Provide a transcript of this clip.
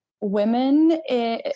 women